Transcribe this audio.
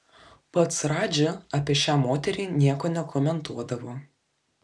pats radži apie šią moterį nieko nekomentuodavo